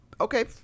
okay